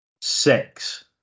six